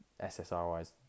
SSRIs